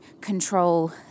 control